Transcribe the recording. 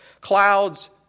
clouds